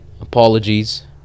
apologies